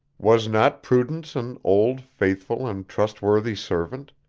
was not prudence an old, faithful, and trustworthy servant?